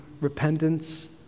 repentance